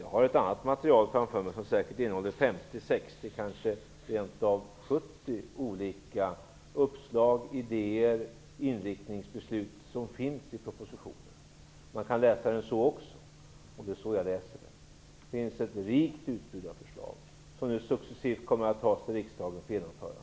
Jag har ett annat material framför mig som säkert innehåller 50, 60 kanske rent av 70 olika uppslag, idéer och inriktningsbeslut som finns i propositionen. Man kan läsa den så också, och det är så jag läser den. Det finns ett rikt utbud av förslag, som vi successivt kommer att ta till riksdagen för genomförande.